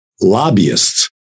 lobbyists